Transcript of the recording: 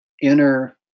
inner